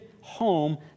home